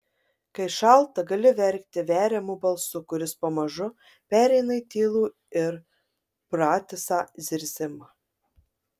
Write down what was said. kai šalta gali verkti veriamu balsu kuris pamažu pereina į tylų ir pratisą zirzimą